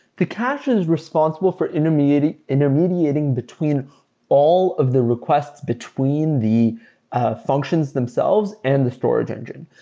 the cache is responsible for intermediating intermediating between all of the requests between the ah functions themselves and the storage engine.